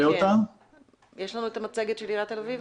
בעיה בעיריית תל אביב,